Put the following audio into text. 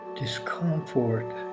discomfort